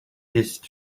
ist